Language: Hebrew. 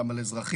גם על אזרחים.